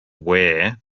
ware